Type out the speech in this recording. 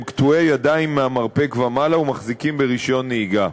קטועי ידיים מהמרפק ומעלה ומחזיקים ברישיון נהיגה.